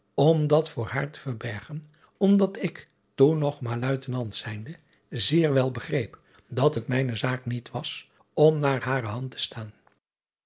om dat voor haar te verbergen omdat ik toen nog maar uitenant zijnde zeer wel begreep dat het mijne zaak niet was om naar hare hand te staan